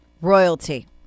Royalty